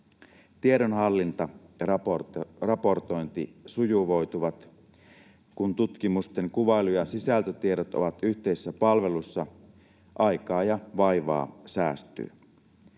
Tiedon hallinta ja raportointi sujuvoituvat. Kun tutkimusten kuvailu‑ ja sisältötiedot ovat yhteisessä palvelussa, aikaa ja vaivaa säästyy.